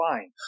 fine